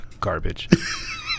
Garbage